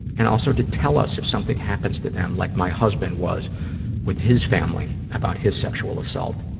and also to tell us if something happens to them, like my husband was with his family about his sexual assault.